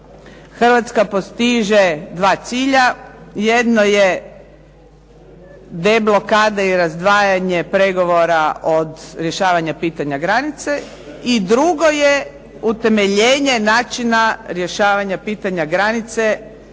Hrvatska postiže dva cilja. Jedno je deblokada i razdvajanje pregovora od rješavanja pitanja granice. I drugo je utemeljenje načina rješavanja pitanja granice